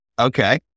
Okay